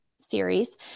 series